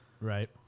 Right